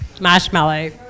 marshmallow